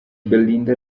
belinda